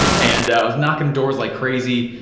and i was knocking doors like crazy,